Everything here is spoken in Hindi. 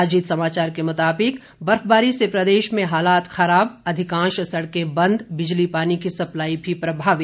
अजीत समाचार के मुताबिक बर्फबारी से प्रदेश में हालात खराब अधिकांश सड़कें बंद बिजली पानी की सप्लाई भी प्रभावित